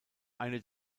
eine